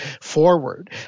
forward